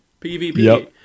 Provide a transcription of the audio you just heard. pvp